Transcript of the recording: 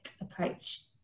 approach